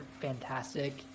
fantastic